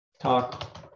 talk